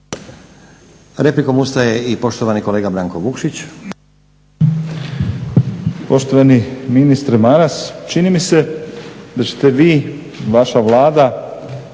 Replikom ustaje i poštovani kolega Branko Vukšić.